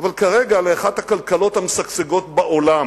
אבל כרגע לאחת הכלכלות המשגשגות בעולם,